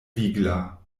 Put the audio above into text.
vigla